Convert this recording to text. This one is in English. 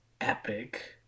epic